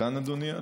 עודכן אדוני?